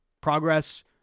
progress